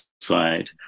side